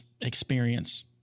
experience